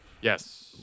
Yes